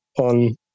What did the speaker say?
on